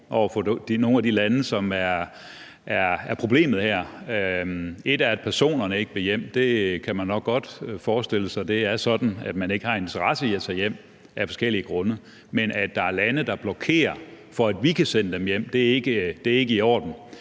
over for nogle af de lande, som er problemet her? Et er, at personerne ikke vil hjem, og man kan nok godt forestille sig, at det er sådan, at man af forskellige grunde ikke har interesse i at tage hjem, men at der er lande, der blokerer for, at vi kan sende dem hjem, er ikke i orden.